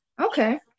okay